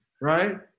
right